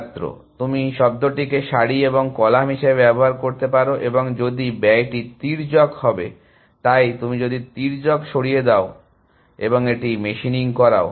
ছাত্র তুমি শব্দটিকে সারি এবং কলাম হিসাবে ব্যবহার করতে পারো এবং যদি ব্যয়টি তির্যক হবে তাই তুমি যদি দীর্ঘ তির্যক সরিয়ে দাও এবং এটি মেশিনিং করাও